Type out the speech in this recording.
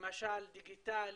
למשל דיגיטלי,